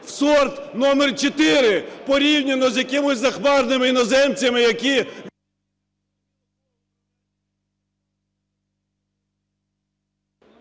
в сорт номер чотири порівняно з якимись захмарними іноземцями, які…